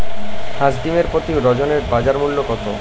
হাঁস ডিমের প্রতি ডজনে বাজার মূল্য কত?